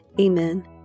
Amen